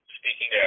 speaking